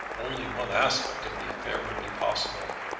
only one aspect of the affair would be possible.